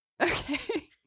Okay